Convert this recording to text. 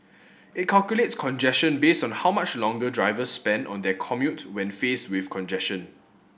it calculates congestion based on how much longer drivers spend on their commute when faced with congestion